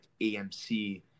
amc